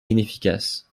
inefficace